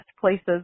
places